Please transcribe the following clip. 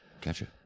Gotcha